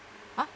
!huh!